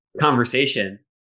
conversation